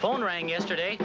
phone rang yesterday